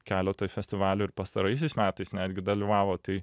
keletoj festivalių ir pastaraisiais metais netgi dalyvavo tai